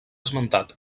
esmentat